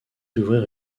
d’ouvrir